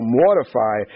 mortify